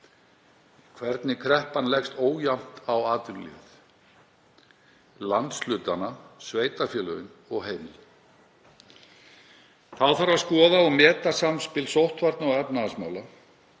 hvernig kreppan leggst ójafnt á atvinnulífið, landshlutana, sveitarfélögin og heimili. Þá þarf að skoða og meta samspil sóttvarna og efnahagsmála.